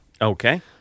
Okay